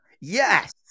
Yes